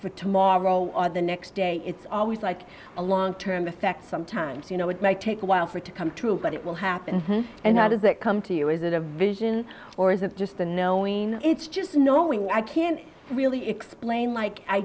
for tomorrow or the next day it's always like a long term effect sometimes you know it might take a while for it to come true but it will happen and how does it come to you is it a vision or is it just the knowing it's just knowing i can't really explain like i